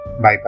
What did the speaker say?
bye